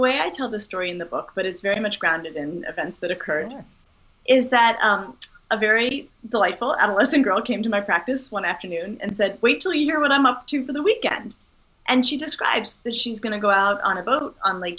way i tell the story in the book but it's very much grounded in events that occurred is that a very deep delight alison girl came to my practice one afternoon and said wait till you hear what i'm up to for the weekend and she describes that she's going to go out on a boat on lake